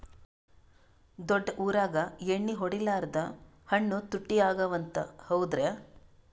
ದೊಡ್ಡ ಊರಾಗ ಎಣ್ಣಿ ಹೊಡಿಲಾರ್ದ ಹಣ್ಣು ತುಟ್ಟಿ ಅಗವ ಅಂತ, ಹೌದ್ರ್ಯಾ?